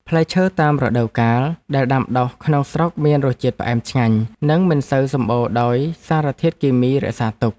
ផ្លែឈើតាមរដូវកាលដែលដាំដុះក្នុងស្រុកមានរសជាតិផ្អែមឆ្ងាញ់និងមិនសូវសម្បូរដោយសារធាតុគីមីរក្សាទុក។